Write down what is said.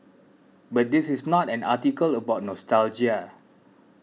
but this is not an article about nostalgia